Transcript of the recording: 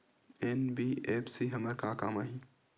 NBFC हमर का काम आही?